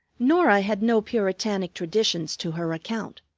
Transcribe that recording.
norah had no puritanic traditions to her account.